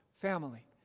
family